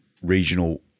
regional